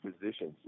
positions